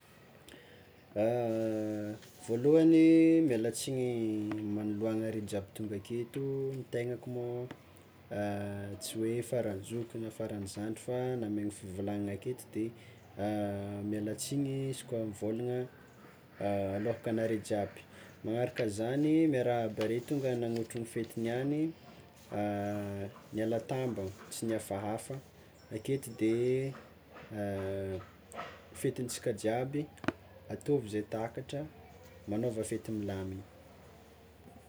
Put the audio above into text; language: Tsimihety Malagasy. Voalohany miala tsiny manoloana are jiaby tonga aketo ny tegnazko moa tsy hoe faran'ny zoky na faran'ny zandry fa namegna fivolagnana aketo de miala tsiny izy koa mivôlagna aloka agnareo jiaby, magnaraka zagny miarahaba are tonga nanontrony fety niany niala tamba tsy nihafahafa aketo de fetintsika jiaby ataovy ze takatra, manaova fety milamina.